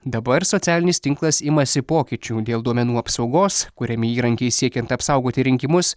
dabar socialinis tinklas imasi pokyčių dėl duomenų apsaugos kuriami įrankiai siekiant apsaugoti rinkimus